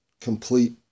complete